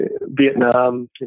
Vietnam